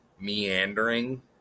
meandering